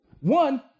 One